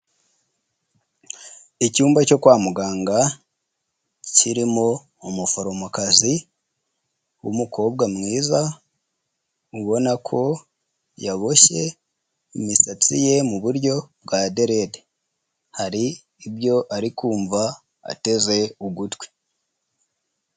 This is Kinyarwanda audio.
Icyumba cyo kwa muganga, kirimo umuforomokazi, w'umukobwa mwiza, ubona ko yaboboshye imisatsi ye mu buryo bwa derede. Hari ibyo ari kumva, ateze ugutwi.